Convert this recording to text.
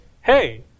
hey